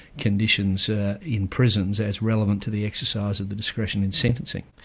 conditions in prisons as relevant to the exercise of the discretion in sentencing.